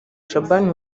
shaban